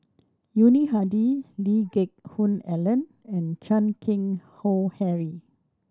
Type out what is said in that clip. Yuni Hadi Lee Geck Hoon Ellen and Chan Keng Howe Harry